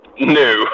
No